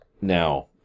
Now